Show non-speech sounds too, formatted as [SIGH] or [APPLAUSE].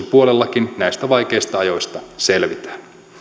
[UNINTELLIGIBLE] puolella näistä vaikeista ajoista selvitään